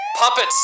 Puppets